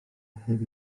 heb